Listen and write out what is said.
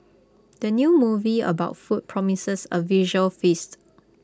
the new movie about food promises A visual feast